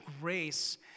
grace